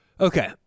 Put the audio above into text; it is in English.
Okay